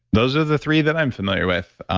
those are the three that i'm familiar with.